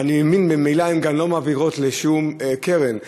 וממילא הן גם לא מעבירות לשום קרן,